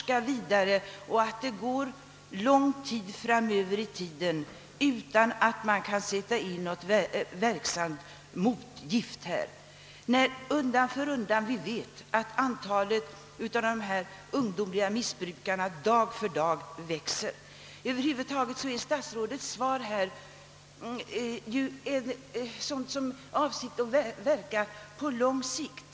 Skall forskning först bedrivas lång tid framöver innan man skall kunna sätta in något verksamt botemedel? Vi vet ju att antalet ungdomliga missbrukare växer dag för dag. Statsrådets svar gäller till största delen åtgärder som är avsedda att verka på lång sikt.